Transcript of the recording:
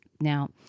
Now